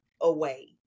away